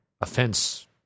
offense